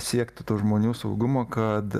siekti to žmonių saugumo kad